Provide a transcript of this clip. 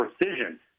precision